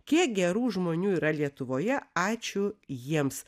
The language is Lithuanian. kiek gerų žmonių yra lietuvoje ačiū jiems